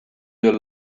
your